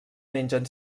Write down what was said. mengen